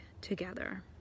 together